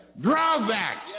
drawbacks